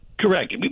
Correct